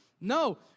No